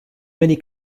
many